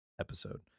episode